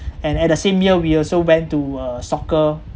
and at the same year we also went to uh soccer